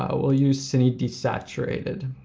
ah we'll use ciniti saturated.